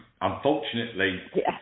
Unfortunately